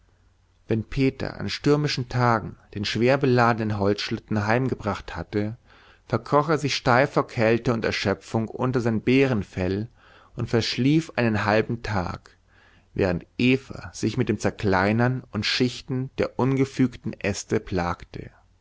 wenn peter an stürmischen tagen den schwerbeladenen holzschlitten heimgebracht hatte verkroch er sich steif vor kälte und erschöpfung unter sein bärenfell und verschlief einen halben tag während eva sich mit dem zerkleinern und schichten der ungefügen äste plagte